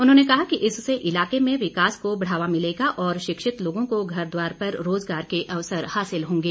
उन्होंने कहा कि इससे इलाके में विकास को बढ़ावा मिलेगा और शिक्षित लोगों को घर द्वार पर रोजगार के अवसर हासिल होंगे